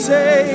Say